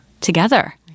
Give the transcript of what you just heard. together